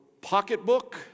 pocketbook